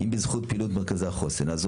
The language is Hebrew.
אם בזכות פעילות מרכזי החוסן נעזור